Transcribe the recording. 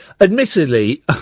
admittedly